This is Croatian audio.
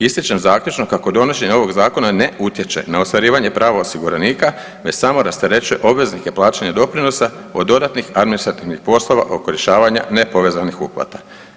Ističem zaključno kako donošenje ovog zakona ne utječe na ostvarivanje prava osiguranika već samo rasterećuje obveznike plaćanja doprinosa od dodatnih administrativnih poslova oko rješavanja nepovezanih uplata.